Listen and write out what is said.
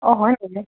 অঁ হয় নিকি